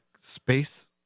space